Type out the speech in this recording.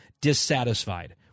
dissatisfied